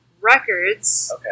Records